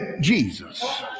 Jesus